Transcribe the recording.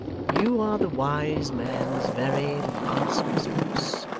you are the wise man's very last resource